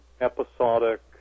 episodic